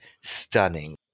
stunning